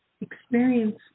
experience